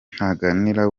ntaganira